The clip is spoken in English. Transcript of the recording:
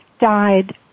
died